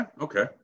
okay